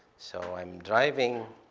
so i'm driving,